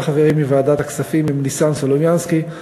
חברים מוועדת הכספים הם ניסן סלומינסקי,